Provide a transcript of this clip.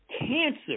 cancer